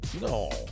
no